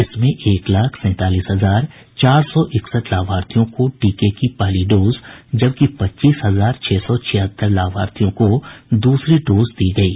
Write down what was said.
इसमें एक लाख सैंतालीस हजार चार सौ इकसठ लाभार्थियों को टीके की पहली डोज जबकि पच्चीस हजार छह सौ छिहत्तर लाभार्थियों को दूसरी डोज दी गयी